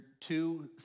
two